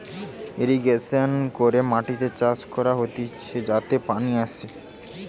irrigation করে মাটিতে চাষ করা হতিছে যাতে পানি আসে